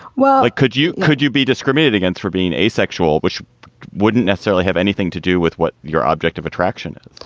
well, could you. could you be discriminated against for being asexual, which wouldn't necessarily have anything to do with what your object of attraction is?